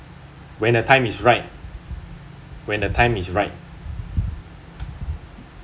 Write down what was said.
when the time is right when the time is right